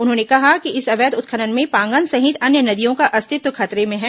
उन्होंने कहा कि इस अवैध उत्खनन से पांगन सहित अन्य नदियों का अस्तित्व खतरे में है